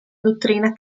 dottrina